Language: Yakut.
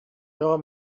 бөҕө